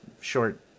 short